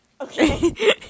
Okay